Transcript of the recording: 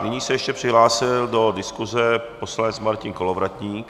Nyní se ještě přihlásil do diskuse poslanec Martin Kolovratník.